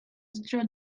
strode